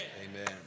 Amen